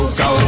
go